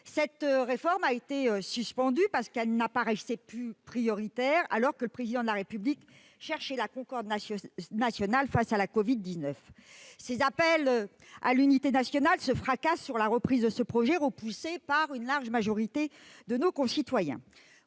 Cette réforme a été suspendue parce qu'elle n'apparaissait plus comme prioritaire, alors que le Président de la République cherchait la concorde nationale face à la covid-19. Les appels à l'unité nationale se fracassent sur la reprise de ce projet, repoussé par une large majorité de nos concitoyens.